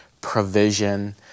provision